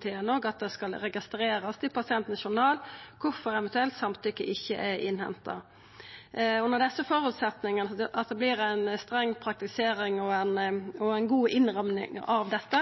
det registrerast i pasientjournalen kvifor eventuelt samtykke ikkje er innhenta. Under desse føresetnadene, at det vert ei streng praktisering og ei god innramming av dette,